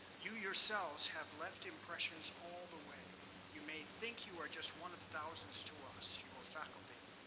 you yourselves have left impressions all the way. you may think you are just one of thousands to us, your faculty,